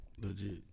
Legit